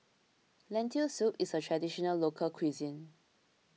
Lentil Soup is a Traditional Local Cuisine